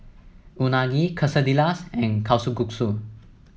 Unagi Quesadillas and Kalguksu